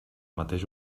mateix